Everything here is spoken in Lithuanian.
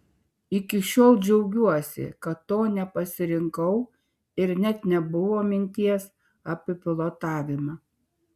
iki šiol džiaugiuosi kad to nepasirinkau ir net nebuvo minties apie pilotavimą